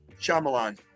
Shyamalan